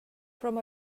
from